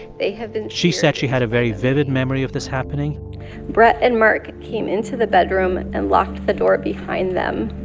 they have been seared. she said she had a very vivid memory of this happening brett and mark came into the bedroom and locked the door behind them.